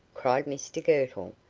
cried mr girtle,